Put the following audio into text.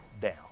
down